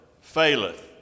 faileth